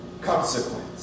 consequence